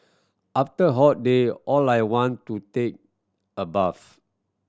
after hot day all I want to take a bath